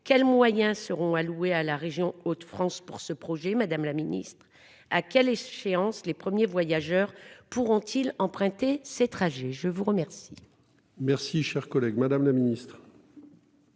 Quels moyens seront alloués à la région Hauts-de-France pour ce projet, madame la ministre ? À quelle échéance les premiers voyageurs pourront-ils emprunter ces trajets ? La parole est à Mme la ministre déléguée. Madame la sénatrice